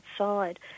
outside